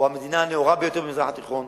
או המדינה הנאורה ביותר במזרח התיכון,